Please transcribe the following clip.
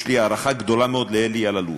יש לי הערכה גדולה מאוד לאלי אלאלוף,